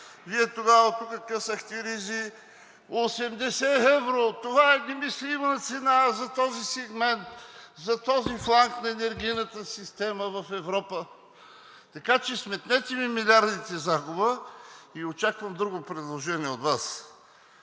Вие тогава тук късахте ризи – 80 евро, това е немислима цена за този сегмент, за този фланг на енергийна система в Европа. Така че сметнете ми милиардите загуба и очаквам друго предложение от Вас.